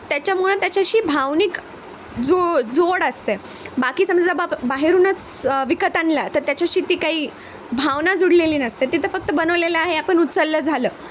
त्याच्यामुळं त्याच्याशी भावनिक जो जोड असते बाकी समजा बाप बाहेरूनच विकत आणला तर त्याच्याशी ती काही भावना जुळलेली नसते तिथं फक्त बनवलेलं आहे आपण उचललं झालं